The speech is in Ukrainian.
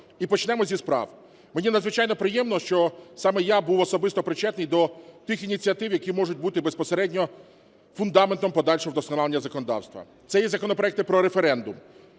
І почнемо зі справ. Мені надзвичайно приємно, що саме я був особисто причетний до тих ініціатив, які можуть бути безпосередньо фундаментом подальшого вдосконалення законодавства. Це є законопроекти про референдум